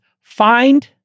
find